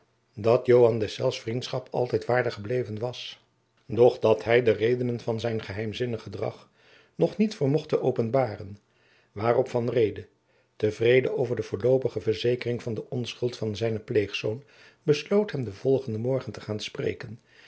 dat joan deszelfs vriendschap altijd waardig gebleven was doch dat hij de redenen van zijn geheimzinnig gedrag nog niet vermocht te openbaren waarop van reede te vrede over de voorloopige verzekering van de onschuld van zijnen pleegzoon besloot hem den volgenden morgen te gaan spreken